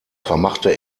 vermachte